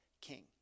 king